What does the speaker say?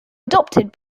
adopted